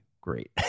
great